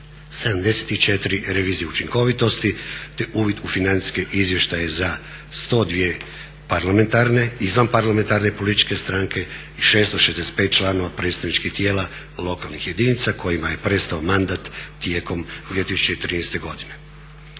74 revizije učinkovitosti te uvid u financijske izvještaje za 102 parlamentarne, izvanparlamentarne političke stranke i 665 članova predstavničkih tijela lokalnih jedinica kojima je prestao mandat tijekom 2013. godine.